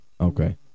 Okay